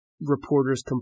reporters